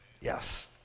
Yes